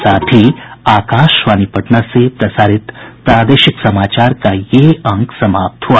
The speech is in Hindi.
इसके साथ ही आकाशवाणी पटना से प्रसारित प्रादेशिक समाचार का ये अंक समाप्त हुआ